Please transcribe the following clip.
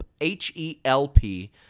H-E-L-P